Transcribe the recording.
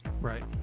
Right